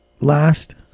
last